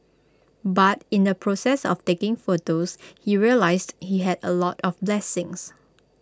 but in the process of taking photos he realised he had A lot of blessings